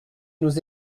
nous